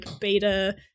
beta